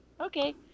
Okay